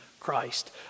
Christ